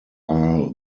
are